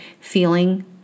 feeling